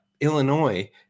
Illinois